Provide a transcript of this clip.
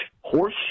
horse